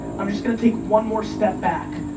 i'm just going to take one more step back.